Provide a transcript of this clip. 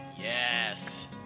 Yes